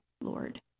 Lord